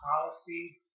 policy